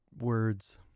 words